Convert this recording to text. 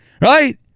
right